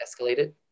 escalated